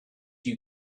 you